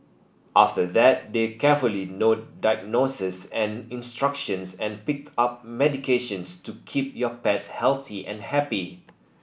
after that they carefully note diagnoses and instructions and pick up medications to keep your pet healthy and happy